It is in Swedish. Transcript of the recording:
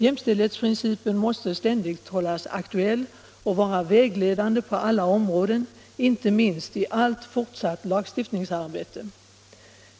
Jämställdhetsprincipen måste ständigt hållas aktuell och vara vägledande på alla områden, inte minst i allt fortsatt lagstiftningsarbete.